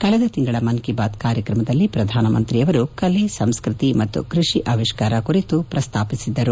ಕಳೆದ ತಿಂಗಳ ಮನ್ ಕಿ ಬಾತ್ ಕಾರ್ಯಕ್ರಮದಲ್ಲಿ ಪ್ರಧಾನಮಂತ್ರಿಯವರು ಕಲೆ ಸಂಸ್ಕೃತಿ ಮತ್ತು ಕೃಷಿ ಆವಿಷ್ಕಾರ ಕುರಿತು ಪ್ರಸ್ತಾಪಿಸಿದ್ದರು